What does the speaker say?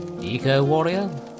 Eco-warrior